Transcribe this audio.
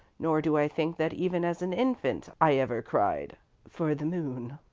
nor do i think that even as an infant i ever cried for the moon.